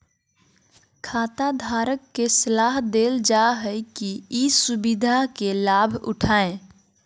खाताधारक के सलाह देल जा हइ कि ई सुविधा के लाभ उठाय